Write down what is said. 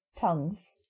tongues